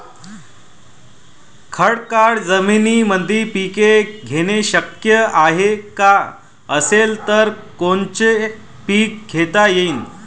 खडकाळ जमीनीमंदी पिके घेणे शक्य हाये का? असेल तर कोनचे पीक घेता येईन?